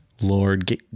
Lord